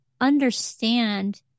understand